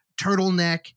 turtleneck